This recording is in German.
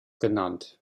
genannt